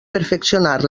perfeccionar